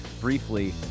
briefly